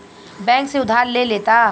bank से उधार ले लेता